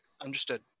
Understood